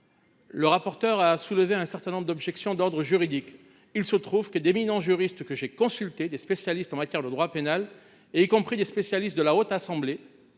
le rapporteur a soulevé un certain nombre d’objections d’ordre juridique. Il se trouve que les éminents juristes que j’ai consultés, des spécialistes en matière de droit pénal, y compris plusieurs membres de notre Haute Assemblée,